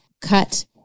cut